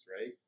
right